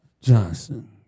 Johnson